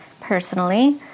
personally